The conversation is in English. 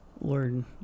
learn